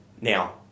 Now